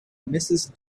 mrs